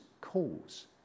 cause